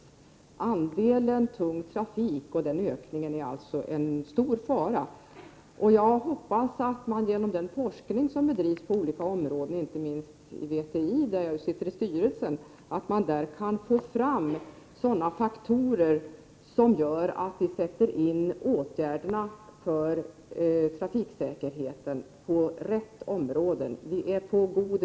Ökningen av andelen tung trafik är alltså en stor fara. Jag hoppas att man genom den forskning som bedrivs på olika områden — inte minst inom VTI där jag sitter i styrelsen — kan få fram sådana faktorer som gör att man sätter in åtgärder för trafiksäkerheten på rätt område. Vi är 63 Prot.